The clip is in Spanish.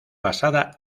basada